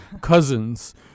cousins